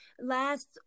last